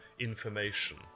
information